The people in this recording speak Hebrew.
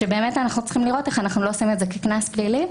שאנחנו צריכים לראות איך אנחנו לא עושים את זה כקנס פלילי,